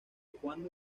cuándo